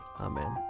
Amen